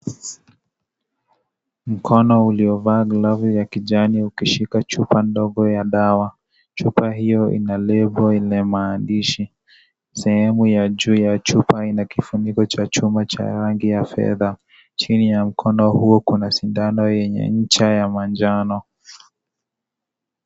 Mkono uliovaa glavu ya kijani ukishika chupa ndogo ya dawa. Chupa hiyo ina lebo yenye maandishi. Sehemu ya juu ya chupa ina kifuniko cha chuma cha rangi ya fedha. Chini ya mkono huo kuna sindano yenye ncha ya manjano.